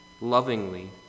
lovingly